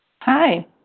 Hi